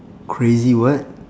crazy what